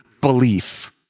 belief